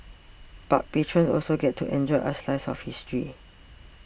but patrons also get to enjoy a slice of history